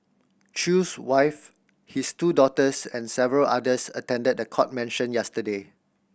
Chew's wife his two daughters and several others attended the court mention yesterday